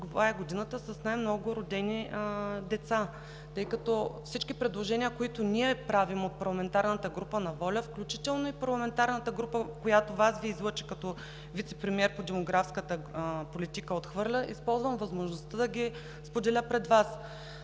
с най-много родени деца. Тъй като всички предложения, които правим от парламентарната група на ВОЛЯ, включително и парламентарната група, която Вас Ви излъчи като Вицепремиер по демографската политика, отхвърля, използвам възможността да ги споделя пред Вас.